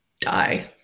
die